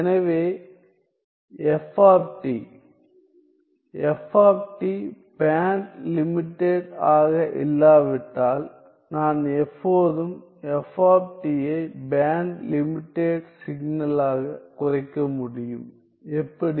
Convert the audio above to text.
எனவே f f band limited ஆக இல்லாவிட்டால் நான் எப்போதும் f ஐ பேண்ட் லிமிடெட் சிக்னல் ஆகக் குறைக்க முடியும் எப்படி